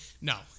no